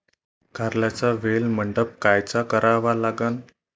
कारल्याचा वेल मंडप कायचा करावा लागन?